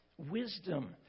wisdom